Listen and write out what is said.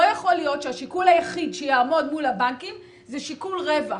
לא יכול להיות שהשיקול היחיד שיעמוד מול הבנקים זה שיקול רווח,